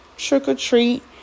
trick-or-treat